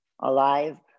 alive